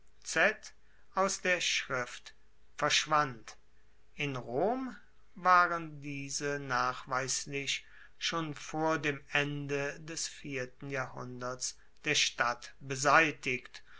aus der schrift verschwand in rom waren diese nachweislich schon vor dem ende des vierten jahrhunderts der stadt beseitigt